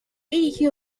eighty